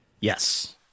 yes